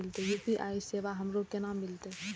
UPI सेवा हमरो केना मिलते?